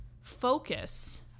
focus